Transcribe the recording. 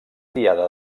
diada